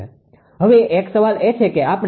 હવે એક સવાલ એ છે કે આપણે લોડ ડિસ્ટર્બન્સ 0